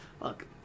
Look